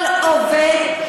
כל עובד,